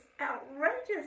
outrageous